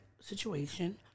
situation